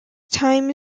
time